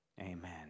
Amen